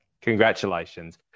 congratulations